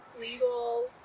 legal